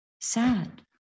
sad